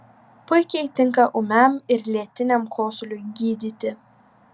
puikiai tinka ūmiam ir lėtiniam kosuliui gydyti